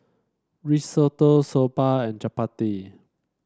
Risotto Soba and Chapati